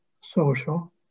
social